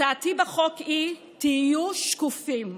הצעתי בחוק: תהיו שקופים.